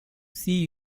see